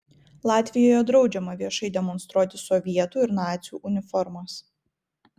latvijoje draudžiama viešai demonstruoti sovietų ir nacių uniformas